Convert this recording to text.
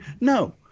No